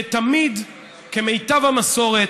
כתמיד, כמיטב המסורת,